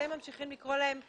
אתם ממשיכים לקרוא להם מסתננים.